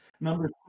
Number